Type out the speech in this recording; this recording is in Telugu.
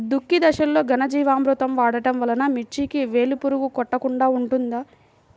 దుక్కి దశలో ఘనజీవామృతం వాడటం వలన మిర్చికి వేలు పురుగు కొట్టకుండా ఉంటుంది?